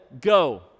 go